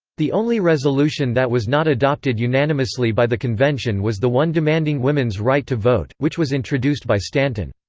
the only resolution that was not adopted unanimously by the convention was the one demanding women's right to vote, which was introduced by stanton.